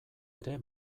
ere